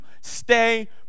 stay